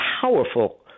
powerful